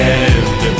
end